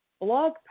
blog